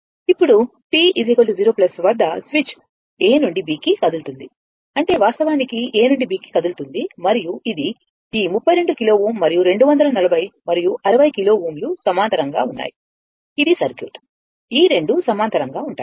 ఇప్పుడు t 0 వద్ద switch A నుండి B కి కదులుతుంది అంటే వాస్తవానికి A నుండి B కి కదులుతుంది మరియు ఇది ఈ 32 కిలో Ω మరియు 240 మరియు 60 కిలో Ω లు సమాంతరంగా ఉన్నాయి ఇది సర్క్యూట్ ఈ రెండు సమాంతరంగా ఉంటాయి